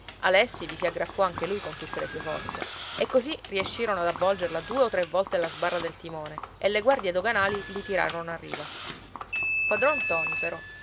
alessi vi si aggrappò anche lui con tutte le sue forze e così riescirono ad avvolgerla due o tre volte alla sbarra del timone e le guardie doganali li tirarono a riva padron ntoni però